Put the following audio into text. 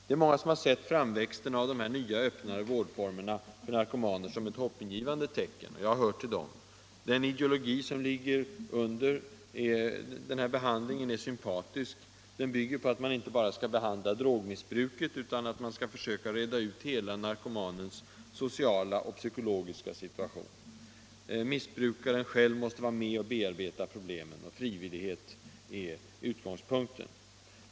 Det är många som har sett framväxten av nya öppnare vårdformer för narkomaner som ett hoppingivande tecken. Jag hör till dem. Den ideologi som ligger till grund för behandlingen är sympatisk. Den bygger på att man inte bara skall behandla drogmissbruket utan försöka reda ut narkomanens hela sociala och psykologiska situation. Missbrukaren själv måste vara med och bearbeta problemen. Frivillighet är utgångspunkten.